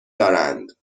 دارند